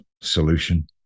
solution